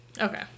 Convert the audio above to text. Okay